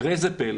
וראה זה פלא,